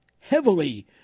heavily